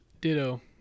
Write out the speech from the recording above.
Ditto